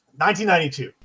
1992